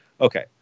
Okay